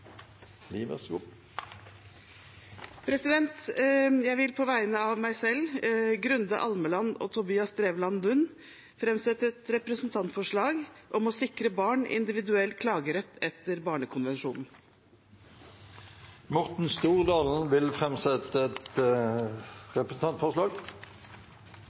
Jeg vil på vegne av meg selv, Grunde Almeland og Tobias Drevland Lund framsette et representantforslag om å sikre barn individuell klagerett etter